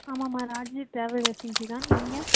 ஆமாம்மா Raji travel agency தான் நீங்கள்